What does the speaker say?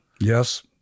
Yes